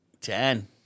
Ten